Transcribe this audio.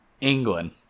England